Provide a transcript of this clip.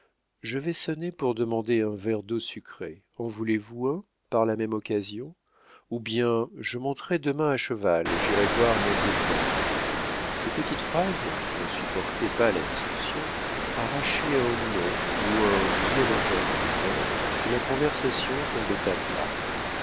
je vais sonner pour demander un verre d'eau sucrée en voulez-vous un par la même occasion ou bien je monterai demain à cheval et j'irai voir mon beau-père ces petites phrases qui ne supportaient pas la discussion arrachaient un non ou un oui à l'interlocuteur et la conversation tombait à plat